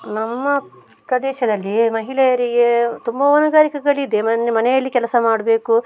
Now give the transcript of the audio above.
ನಮ್ಮ ಪ್ರದೇಶದಲ್ಲಿ ಮಹಿಳೆಯರಿಗೆ ತುಂಬ ಹೊಣೆಗಾರಿಕೆಗಲಿದೆ ಮನೆ ಮನೆಯಲ್ಲಿ ಕೆಲಸ ಮಾಡಬೇಕು